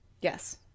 Yes